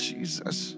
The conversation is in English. Jesus